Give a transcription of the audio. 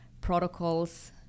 protocols